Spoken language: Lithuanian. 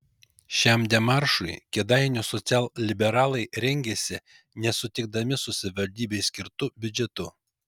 šiam demaršui kėdainių socialliberalai rengėsi nesutikdami su savivaldybei skirtu biudžetu